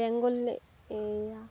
বেংগলী এইয়া